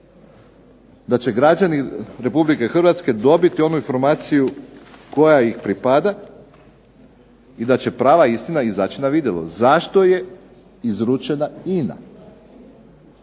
da će građani Republike Hrvatske dobiti onu informaciju koja ih pripada, i da će prava istina izaći na vidjelo, zašto je izručena INA,